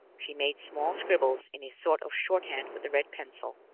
she made small scribbles in a sort of shorthand with the red pencil,